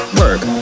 work